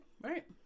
right